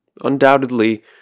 Undoubtedly